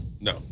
no